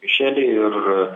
mišelį ir